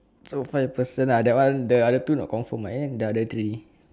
so five person uh that one the other two not confirm ah eh the other three